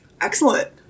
Excellent